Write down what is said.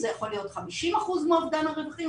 זה יכול להיות 50% מאובדן הרווחים,